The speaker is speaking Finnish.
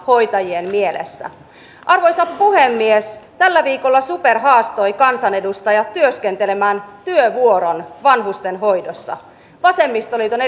hoitajien mielessä arvoisa puhemies tällä viikolla super haastoi kansanedustajat työskentelemään työvuoron vanhustenhoidossa vasemmistoliiton